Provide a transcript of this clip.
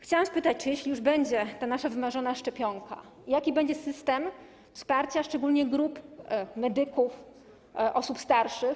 Chciałabym spytać, czy jeśli już będzie ta nasza wymarzona szczepionka, jaki będzie system wsparcia, szczególnie grup medyków, osób starszych.